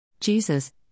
Jesus